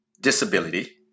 disability